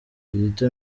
kizito